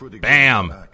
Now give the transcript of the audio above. BAM